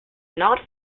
not